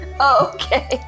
Okay